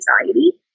anxiety